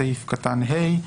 בסעיף קטן (ה).